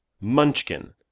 Munchkin